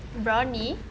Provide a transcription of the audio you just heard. brownie